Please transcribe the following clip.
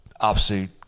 absolute